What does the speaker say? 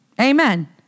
Amen